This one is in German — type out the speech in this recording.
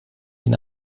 ihn